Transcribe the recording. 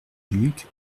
duc